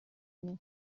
ببینه